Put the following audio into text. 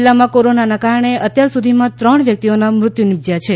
જિલ્લા મા કોરોના ના કારણે અત્યાર સુધીમાં ત્રણ વ્યક્તિઓનાં મૃત્યુ નિપજ્યાં છે